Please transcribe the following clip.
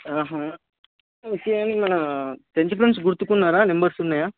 ఇంకా ఏంది ఓకే మన టెన్త్ ఫ్రెండ్స్ గుర్తుకున్నారా నెంబర్స్ ఉన్నాయా